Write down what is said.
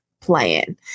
playing